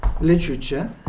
literature